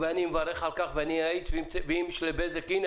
אני מברך על כך ואם לשר התקשורת יש קשיים מול